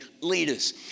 leaders